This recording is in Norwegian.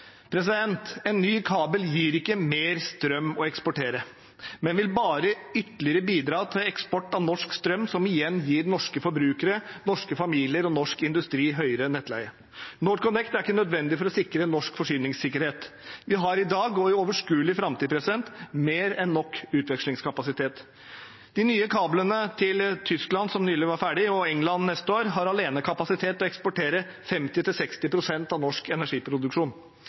En ny kabel gir ikke mer strøm å eksportere, men vil bare bidra ytterligere til eksport av norsk strøm, som igjen gir norske forbrukere, norske familier og norsk industri høyere nettleie. NorthConnect er ikke nødvendig for å sikre norsk forsyningssikkerhet. Vi har i dag og i overskuelig framtid mer enn nok utvekslingskapasitet. De nye kablene til Tyskland, som nylig var ferdige, og de til England til neste år, har alene kapasitet til å eksportere 50–60 pst. av norsk energiproduksjon.